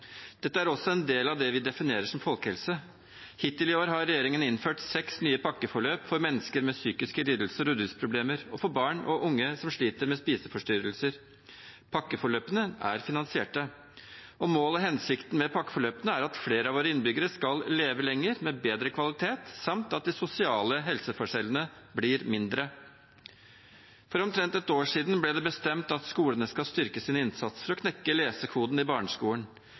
Dette er også en del av det vi definerer som folkehelse. Hittil i år har regjeringen innført seks nye pakkeforløp for mennesker med psykiske lidelser og rusproblemer og for barn og unge som sliter med spiseforstyrrelser. Pakkeforløpene er finansiert, og målet og hensikten med dem er at flere av våre innbyggere skal leve lenger og med bedre kvalitet, samt at de sosiale helseforskjellene blir mindre. For omtrent et år siden ble det bestemt at skolene skal styrke sin innsats for å knekke lesekoden i barneskolen.